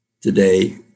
today